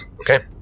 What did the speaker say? Okay